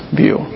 view